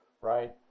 right